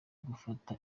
gufata